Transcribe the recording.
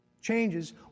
changes